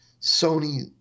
Sony